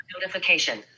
notification